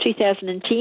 2010